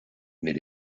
mais